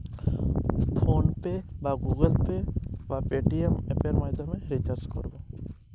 আমার জিও সিম এ কিভাবে টপ আপ রিচার্জ করবো?